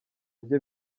bye